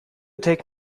take